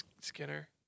Skinner